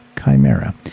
chimera